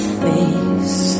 face